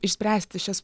išspręsti šias